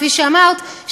כפי שאמרת,